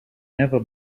never